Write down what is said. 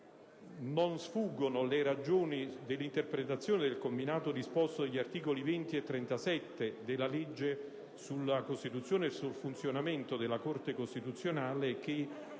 Non sfuggono le ragioni dell'interpretazione del combinato disposto degli articoli 20 e 37 della legge sulla costituzione e sul funzionamento della Corte costituzionale, che